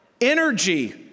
energy